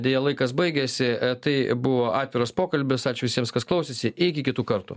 deja laikas baigėsi tai buvo atviras pokalbis ačiū visiems kas klausėsi iki kitų kartų